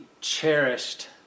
cherished